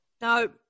No